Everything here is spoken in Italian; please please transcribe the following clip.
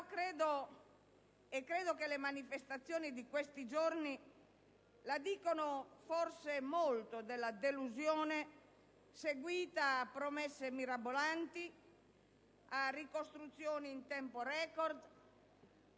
credo che le manifestazioni di questi giorni dicano molto della delusione seguita a promesse mirabolanti di ricostruzioni in tempo record,